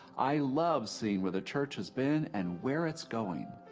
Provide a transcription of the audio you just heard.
i love seeing where the church has been, and where it's going.